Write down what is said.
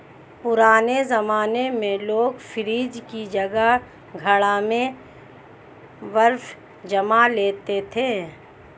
पुराने जमाने में लोग फ्रिज की जगह घड़ा में बर्फ जमा लेते थे